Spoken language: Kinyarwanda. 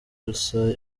elsa